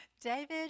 David